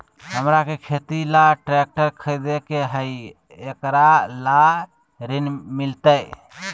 हमरा के खेती ला ट्रैक्टर खरीदे के हई, एकरा ला ऋण मिलतई?